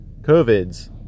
COVIDs